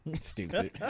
stupid